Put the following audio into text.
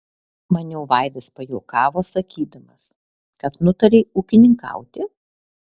maniau vaidas pajuokavo sakydamas kad nutarei ūkininkauti